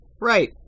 Right